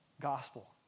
gospel